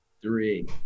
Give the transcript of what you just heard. Three